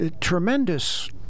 tremendous